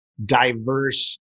diverse